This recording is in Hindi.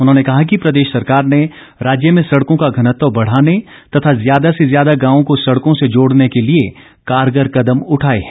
उन्होंने कहा कि प्रदेश सरकार ने राज्य में सड़को का घनत्व बढ़ाने तथा ज्यादा से ज्यादा गांव को सड़कों से जोड़ने के लिए कारगर कदम उठाए हैं